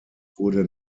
wurde